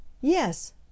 Yes